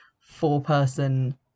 four-person